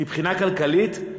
מבחינה כלכלית,